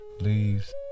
leaves